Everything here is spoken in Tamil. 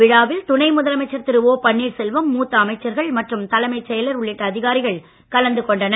விழாவில் துணை முதலமைச்சர் திரு ஓ பன்னீர்செல்வம் மூத்த அமைச்சர்கள் மற்றும் தலைமைச் செயலர் உள்ளிட்ட அதிகாரிகள் கலந்து கொண்டனர்